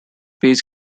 bass